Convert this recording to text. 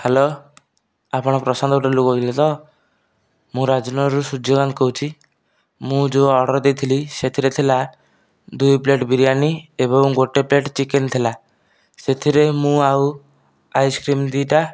hello ଆପଣ ପ୍ରଶାନ୍ତ ହୋଟେଲରୁ କହୁଥିଲେ ତ ମୁଁ ରାଜନଗର ରୁ ସୂର୍ଯ୍ୟକାନ୍ତ କହୁଛି ମୁଁ ଯେଉଁ ଅର୍ଡ଼ର ଦେଇଥିଲି ସେଥିରେ ଥିଲା ଦୁଇ ପ୍ଲେଟ୍ ବିରିୟାନୀ ଏବଂ ଗୋଟିଏ ପ୍ଲେଟ୍ ଚିକେନ୍ ଥିଲା ସେଥିରେ ମୁଁ ଆଉ ଆଇସକ୍ରିମ୍ ଦୁଇଟା